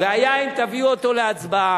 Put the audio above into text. והיה אם תביאו אותו להצבעה,